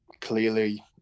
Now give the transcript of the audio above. clearly